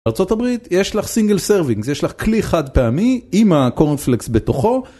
ארה״ב יש לך single serving יש לך כלי חד פעמי עם הקורנפלקס בתוכו.